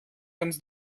ganz